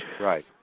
Right